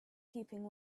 keeping